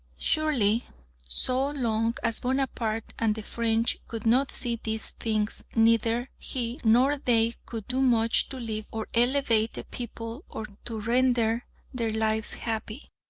surely so long as bonaparte and the french could not see these things, neither he nor they could do much to lift or elevate the people or to render their lives happy!